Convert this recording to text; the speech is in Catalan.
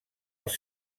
els